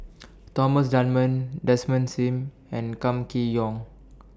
Thomas Dunman Desmond SIM and Kam Kee Yong